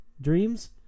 dreams